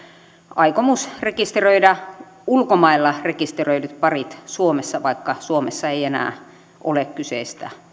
aikomus rekisteröidä ulkomailla rekisteröidyt parit suomessa vaikka suomessa ei enää ole kyseistä